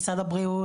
משרד הבריאות,